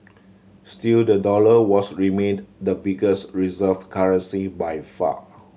still the dollar was remained the biggest reserve currency by far